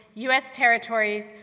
u s. territories,